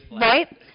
right